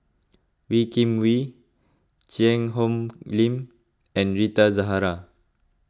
Wee Kim Wee Cheang Hong Lim and Rita Zahara